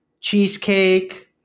cheesecake